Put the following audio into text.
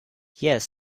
yes